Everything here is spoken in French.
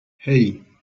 hey